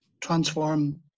transform